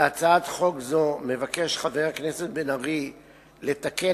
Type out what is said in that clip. בהצעת חוק זאת מבקש חבר הכנסת בן-ארי לתקן